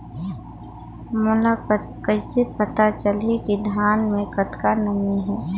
मोला कइसे पता चलही की धान मे कतका नमी हे?